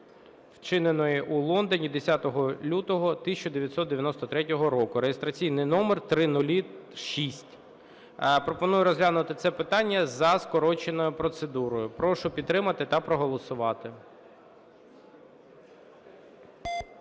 вчиненої у Лондоні 10 лютого 1993 року (реєстраційний номер 0006). Пропоную розглянути це питання за скороченою процедурою. Прошу підтримати та проголосувати.